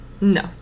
No